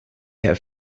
have